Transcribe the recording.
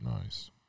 Nice